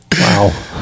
wow